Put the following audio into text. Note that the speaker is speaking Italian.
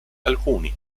alcuni